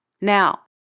Now